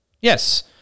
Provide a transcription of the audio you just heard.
Yes